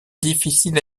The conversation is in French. difficile